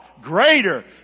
greater